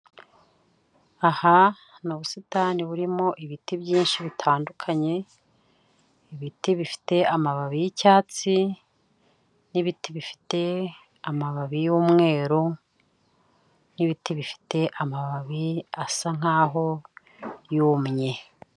Aha ni ubusitani burimo ibiti byinshi bitandukanye, ibiti bifite amababi y'icyatsi, n'ibiti bifite amababi y'umweru, n'ibiti bifite amababi asa nkaho yumye.